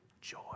joy